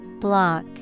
Block